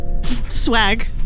swag